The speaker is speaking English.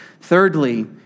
Thirdly